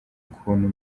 ukuntu